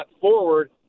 forward